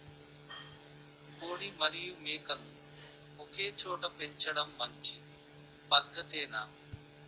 కోడి మరియు మేక ను ఒకేచోట పెంచడం మంచి పద్ధతేనా?